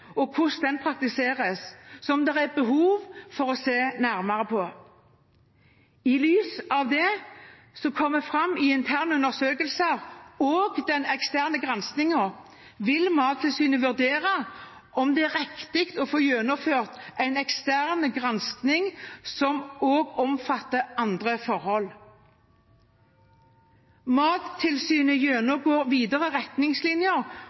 og hvordan den praktiseres som det er behov for å se nærmere på. I lys av det som kommer fram i interne undersøkelser og den eksterne granskingen, vil Mattilsynet vurdere om det er riktig å få gjennomført en ekstern gransking som også omfatter andre forhold. Mattilsynet